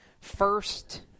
First